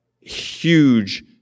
huge